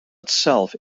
itself